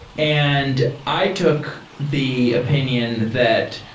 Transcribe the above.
and i took the opinion that,